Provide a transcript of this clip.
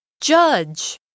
Judge